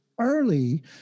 early